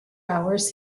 hours